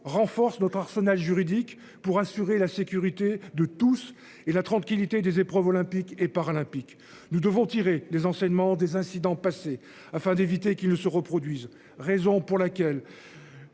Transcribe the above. renforce notre arsenal juridique pour assurer la sécurité de tous et la tranquillité des épreuves olympiques et paralympiques. Nous devons tirer les enseignements des incidents passés afin d'éviter qu'ils ne se reproduise. Raison pour laquelle.